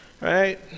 right